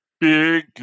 big